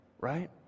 Right